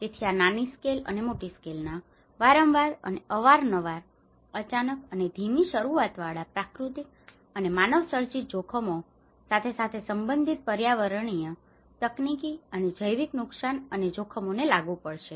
તેથી આ નાની સ્કેલ અને મોટી સ્કેલના વારંવાર અને અવારનવાર અચાનક અને ધીમી શરૂઆતવાળા પ્રાકૃતિક અને માનવસર્જિત જોખમો અને સાથે સાથે સંબંધિત પર્યાવરણીય તકનીકી અને જૈવિક નુકશાન અને જોખમોને લાગુ પડશે